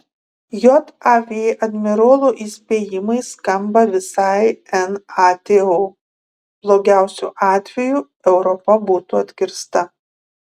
jav admirolo įspėjimai skamba visai nato blogiausiu atveju europa būtų atkirsta